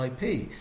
IP